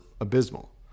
abysmal